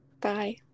Bye